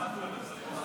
ביתנו והעבודה